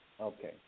Okay